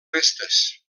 restes